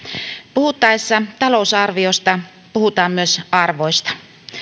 puhuttaessa talousarviosta puhutaan myös arvoista